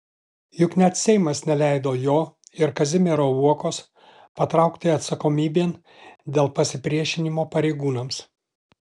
juk net seimas neleido jo ir kazimiero uokos patraukti atsakomybėn dėl pasipriešinimo pareigūnams